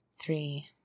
Three